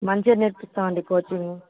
మంచిగా నేర్పిస్తామండి కోచింగ్